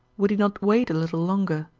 would he not wait a little longer?